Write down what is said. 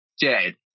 dead